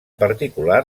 particular